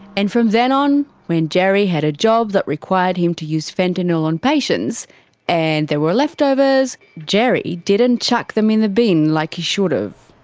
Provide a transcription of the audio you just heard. and from then on, when gerry had a job that required him to use fentanyl on patients and there were leftovers, gerry didn't chuck them in the bin like he should have.